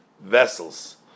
vessels